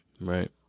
Right